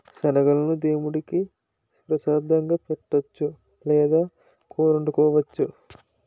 శనగలను దేముడికి ప్రసాదంగా పెట్టొచ్చు లేదా కూరొండుకోవచ్చు